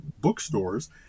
bookstores